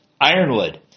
Ironwood